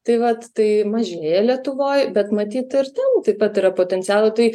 tai vat tai mažėja lietuvoj bet matyt ir ten taip pat yra potencialo tai